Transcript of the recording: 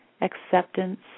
acceptance